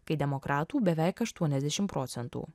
kai demokratų beveik aštuoniasdešim procentų